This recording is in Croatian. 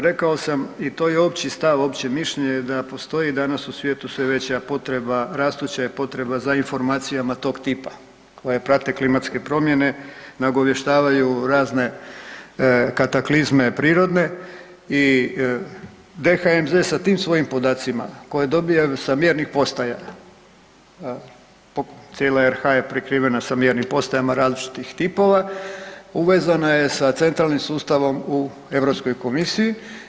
Rekao sam i to je opći stav, opće mišljenje da postoji danas u svijetu sve veća potreba rastuća je potreba za informacijama tog tipa koje prate klimatske promjene, nagovještavaju razne kataklizme prirodne i DHMZ sa tim podacima koje dobivaju sa mjernih postaja, cijela RH je prikrivena sa mjernim postajama različitih tipova, uvezana je sa centralnim sustavom u Europskoj komisiji.